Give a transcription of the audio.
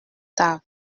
table